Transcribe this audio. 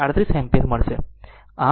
38 ampere મળશે